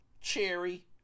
cherry